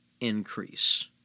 increase